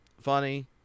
funny